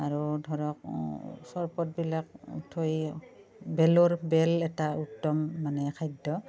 আৰু ধৰক চৰবতবিলাক থৈ বেলৰ বেল এটা উত্তম মানে খাদ্য